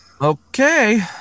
okay